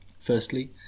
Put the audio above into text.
Firstly